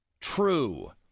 true